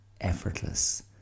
effortless